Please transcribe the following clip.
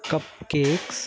cup cakes